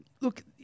look